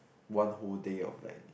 one whole day of like